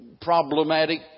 problematic